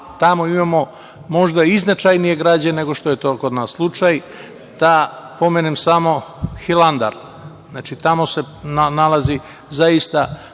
tamo imamo možda i značajnije građe nego što je to kod nas slučaj. Da pomenem samo Hilandar. Tamo se nalazi zaista